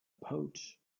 pouch